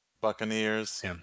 Buccaneers